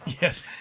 Yes